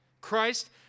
Christ